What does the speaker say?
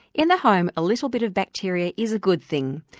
in the home, a little bit of bacteria is a good thing.